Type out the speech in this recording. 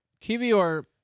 Kivior